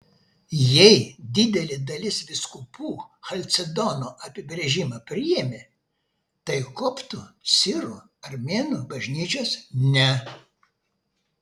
jei didelė dalis vyskupų chalcedono apibrėžimą priėmė tai koptų sirų armėnų bažnyčios ne